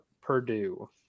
Purdue